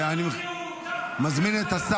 ועדת הכספים רק של המגזר שלו, לא של מדינת ישראל.